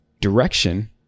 Direction